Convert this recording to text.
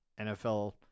NFL